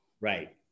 Right